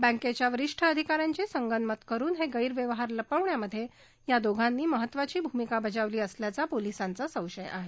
बँकेच्या वरिष्ठ अधिकाऱ्यांशी संगनमत करून हे गैरव्यवहार लपवण्यामध्ये या दोघांनी महत्त्वाची भूमिका बजावली असल्याचा पोलिसांचा संशय आहे